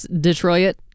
detroit